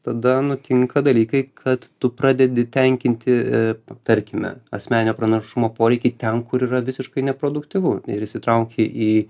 tada nutinka dalykai kad tu pradedi tenkinti tarkime asmeninio pranašumo poreikį ten kur yra visiškai neproduktyvu ir įsitrauki į